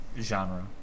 genre